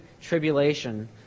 tribulation